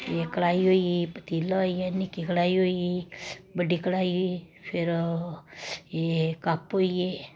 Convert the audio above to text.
एह कड़ाही होई गेई पतीला होई गेआ निक्की कड़ाही होई गेई बड्डी कड़ाही होई गेई फिर एह् कप होई गे